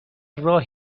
راه